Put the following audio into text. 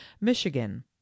Michigan